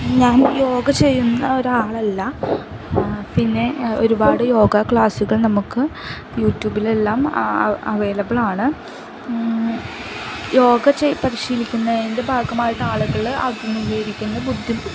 ഞാൻ യോഗ ചെയ്യുന്ന ഒരാളല്ല പിന്നെ ഒരുപാട് യോഗ ക്ലാസുകൾ നമുക്ക് യു ട്യൂബിലെല്ലാം അവൈലബിളാണ് യോഗ പരിശീലിക്കുന്നതിൻ്റെ ഭാഗമായിട്ടാളുകള് അഭിമുഖീകരിക്കുന്ന ബുദ്ധി